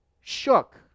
shook